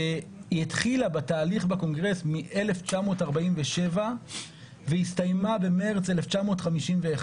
והיא התחילה בתהליך בקונגרס מ-1947 והסתיימה במרץ 1951,